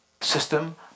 system